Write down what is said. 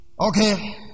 Okay